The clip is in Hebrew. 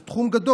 זה תחום גדול.